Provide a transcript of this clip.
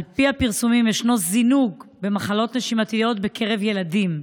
ישנו זינוק במחלות נשימתיות בקרב ילדים.